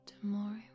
tomorrow